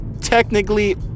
technically